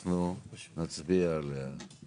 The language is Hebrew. שזה אילת ופירות וירקות וכדומה מנצלים לרעה,